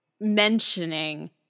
mentioning